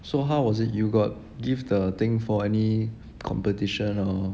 so how was it you got give the thing for any competition or